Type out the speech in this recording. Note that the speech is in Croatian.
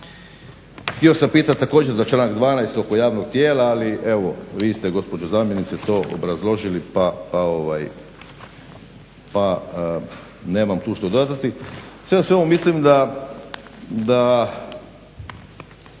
Htio sam pitati također za članak 12. oko javnog tijela, ali evo vi ste gospođo zamjenice to obrazložili pa nemam tu što dodati. Sve u svemu mislim da